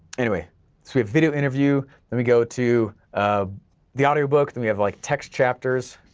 anyway, so we have video interview then we go to um the audiobook, then we have like text chapters,